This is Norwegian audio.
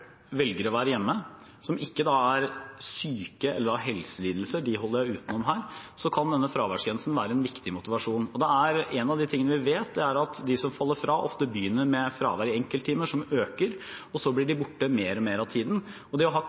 ikke er syke eller har helselidelser, dem holder jeg utenom her, kan denne fraværsgrensen være en viktig motivasjon. En av de tingene vi vet, er at de som faller fra, ofte begynner med fravær i enkelttimer, det øker, og så blir de borte mer og mer av tiden. Det å ha